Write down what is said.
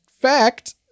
fact